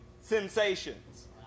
sensations